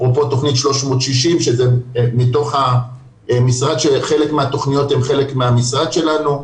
אפרופו תכנית 360 שחלק מהתכניות הן חלק מהמשרד שלנו,